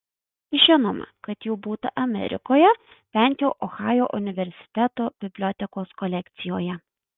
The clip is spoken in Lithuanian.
žinoma kad jų būta amerikoje bent jau ohajo universiteto bibliotekos kolekcijoje